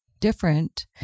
different